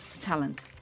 talent